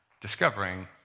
discovering